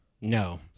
No